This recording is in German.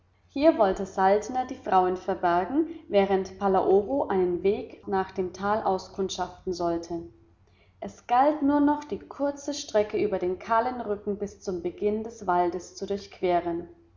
hier wollte saltner die frauen verbergen während palaoro einen weg nach dem tal auskundschaften sollte es galt nur noch die kurze strecke über den kahlen rücken bis zum beginn des waldes zu durchqueren